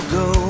go